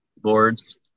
boards